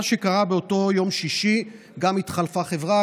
מה שקרה באותו יום שישי: גם התחלפה חברה,